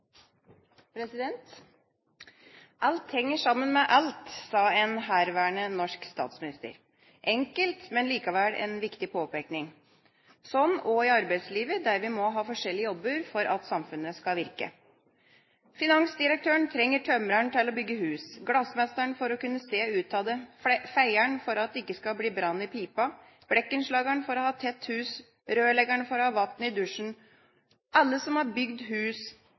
med alt», sa en herværende norsk statsminister – enkelt, men likevel en viktig påpekning. Slik er det også i arbeidslivet der vi må ha forskjellige jobber for at samfunnet skal virke. Finansdirektøren trenger tømreren til å bygge hus, glassmesteren for å kunne se ut av det, feieren for at det ikke skal bli brann i pipa, blikkenslageren for å ha tett hus og rørleggeren for å ha vann i dusjen. Alle som har bygd hus,